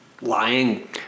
lying